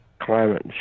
climate